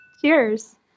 Cheers